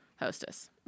Hostess